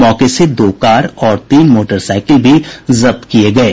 मौके से दो कार और तीन मोटरसाइकिल भी जब्त किये गये